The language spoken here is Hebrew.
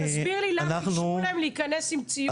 תסביר לי למה אישרו להם להיכנס עם ציוד?